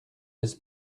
his